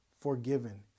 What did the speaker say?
forgiven